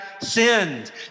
sinned